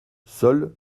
seul